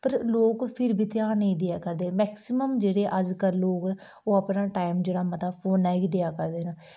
पर लोक फेर बी ध्यान नेईं देआ करा दे मैक्सीम्म जेह्ड़े अज्जकल लोक ओह् अपना टाइम जेह्ड़ा मता फोनै गी देआ करदे न